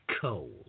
cold